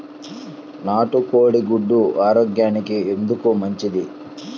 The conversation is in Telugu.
నాటు కోడి గుడ్లు ఆరోగ్యానికి ఎందుకు మంచిది?